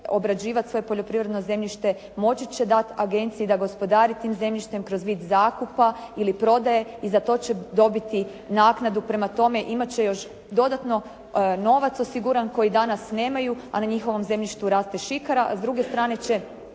obrađivati svoje poljoprivredno zemljište moći će dati agenciji da gospodari tim zemljište kroz vid zakupa ili prodaje i za to će dobiti naknadu. Prema tome, imat će još dodatno novac osiguran koji danas nemaju a na njihovom zemljištu raste šikara